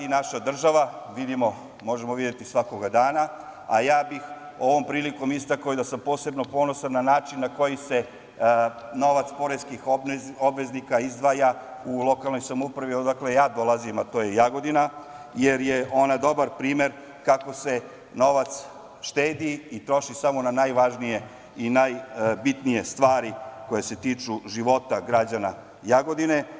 Ja bih ovom prilikom istekao da sam posebno ponosan na način na koji se novac poreskih obveznika izdvaja u lokalnoj samoupravi, odakle ja dolazim, a to je Jagodina, jer je ona dobar primer kako se novac štedi i troši samo na najvažnije i najbitnije stvari koje se tiču života građana Jagodina.